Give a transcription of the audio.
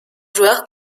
joueur